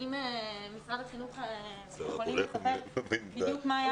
אם אנשי משרד החינוך יכולים לספר בדיוק מה היה הנוהל.